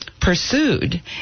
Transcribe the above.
pursued